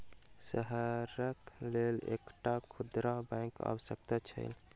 शहरक लेल एकटा खुदरा बैंकक आवश्यकता छल